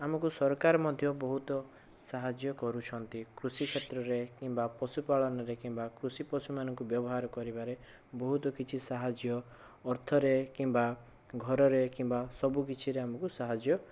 ଆମକୁ ସରକାର ମଧ୍ୟ ବହୁତ ସାହାଯ୍ୟ କରୁଛନ୍ତି କୃଷି କ୍ଷେତ୍ରରେ କିମ୍ବା ପଶୁ ପାଳନରେ କିମ୍ବା କୃଷି ପଶୁମାନଙ୍କୁ ବ୍ୟବହାର କରିବାରେ ବହୁତ କିଛି ସାହାଯ୍ୟ ଅର୍ଥରେ କିମ୍ବା ଘରରେ କିମ୍ବା ସବୁ କିଛିରେ ଆମକୁ ସାହାଯ୍ୟ କରୁଛନ୍ତି